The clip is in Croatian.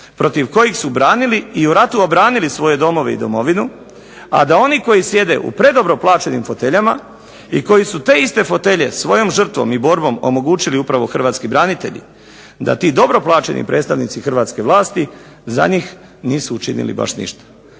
protiv kojih su branili i u ratu obranili svoje domove i domovinu, a da oni koji sjede u predobro plaćenim foteljama i koji su te iste fotelje svojom žrtvom i borbom omogućili upravo hrvatski branitelji, da ti dobro plaćeni predstavnici hrvatske vlasti za njih nisu učinili baš ništa.